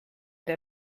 der